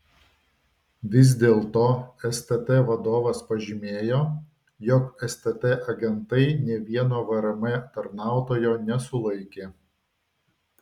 vis dėlto stt vadovas pažymėjo jog stt agentai nė vieno vrm tarnautojo nesulaikė